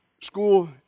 school